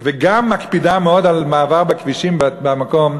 וגם מקפידה מאוד על מעבר בכבישים במקום,